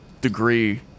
degree